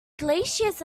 glaciers